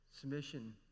Submission